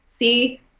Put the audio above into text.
See